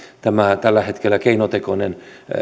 tämä tällä hetkellä keinotekoinen